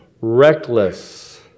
reckless